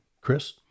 Chris